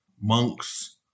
monks